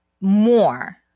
more